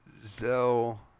Zell